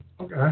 Okay